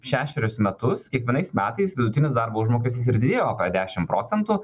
šešerius metus kiekvienais metais vidutinis darbo užmokestis ir didėjo apie dešim procentų